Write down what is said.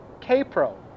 K-Pro